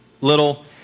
little